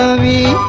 the